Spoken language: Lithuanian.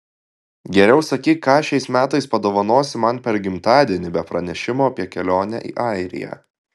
geriau sakyk ką šiais metais padovanosi man per gimtadienį be pranešimo apie kelionę į airiją